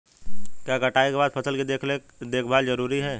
क्या कटाई के बाद फसल की देखभाल जरूरी है?